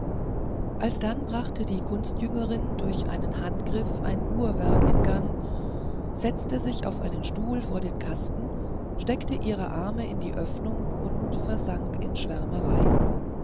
alsdann brachte die kunstjüngerin durch einen handgriff ein uhrwerk in gang setzte sich auf einen stuhl vor dem kasten steckte ihre arme in die öffnungen und versank in